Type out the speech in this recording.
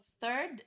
Third